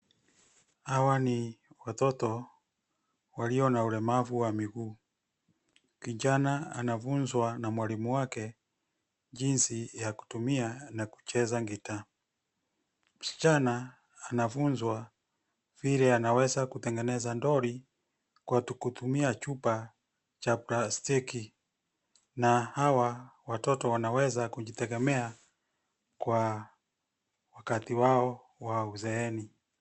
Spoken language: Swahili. Hawa ni watoto walio na ulemavu wa miguu. Kijana anafunzwa na mwalimu wake jinsi ya kutumia na kucheza guitar . Msichana anafunzwa vile anaweza kutengeneza doli kwa kutumia chupa cha plastiki na hawa watoto wanaweza kujitegemea kwa wakati wao wa uzeeni.